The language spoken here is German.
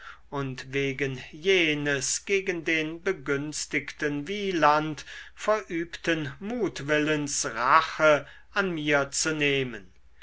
und wegen jenes gegen den begünstigten wieland verübten mutwillens rache an mir zu nehmen